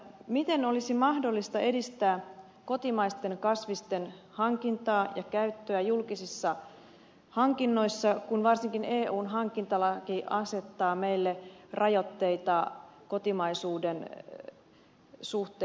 miten olisi mahdollista edistää kotimaisten kasvisten hankintaa ja käyttöä julkisissa hankinnoissa kun varsinkin eun hankintalaki asettaa meille rajoitteita kotimaisuuden suhteen